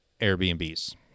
Airbnbs